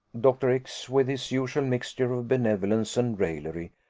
dr. x, with his usual mixture of benevolence and raillery,